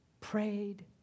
prayed